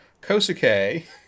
Kosuke